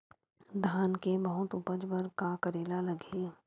धान के बहुत उपज बर का करेला लगही?